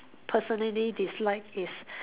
personally dislike is